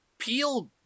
Peel